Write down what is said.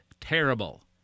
terrible